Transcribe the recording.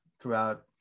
throughout